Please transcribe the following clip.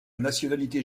nationalité